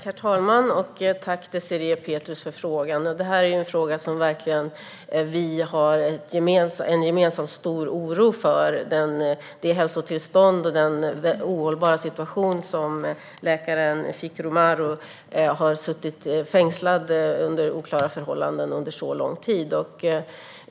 Herr talman! Tack, Désirée Pethrus, för frågan! Detta är en fråga som vi har en gemensam stor oro för. Det gäller hälsotillståndet och den ohållbara situationen för läkaren Fikru Maru, som suttit fängslad under oklara förhållanden under så lång tid.